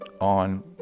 on